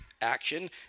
action